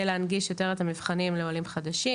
להנגיש יותר את המבחנים לעולים חדשים,